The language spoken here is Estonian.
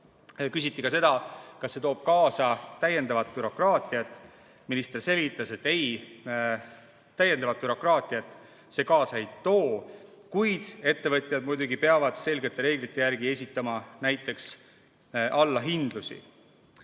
Küsiti ka seda, kas see toob kaasa täiendavat bürokraatiat. Minister selgitas, et täiendavat bürokraatiat see kaasa ei too, kuid ettevõtjad muidugi peavad selgete reeglite järgi esitama näiteks allahindlusi. Selle